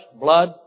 blood